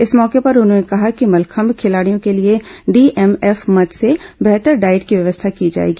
इस मौके पर उन्होंने कहा कि मलेखंम खिलाड़ियों के लिए डीएमएफ मद से बेहतर डाइट की व्यवस्था की जाएगी